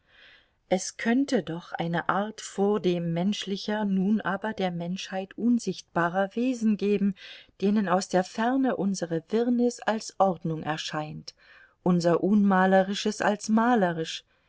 es könnte doch eine art vordem menschlicher nun aber der menschheit unsichtbarer wesen geben denen aus der ferne unsre wirrnis als ordnung erscheint unser unmalerisches als malerisch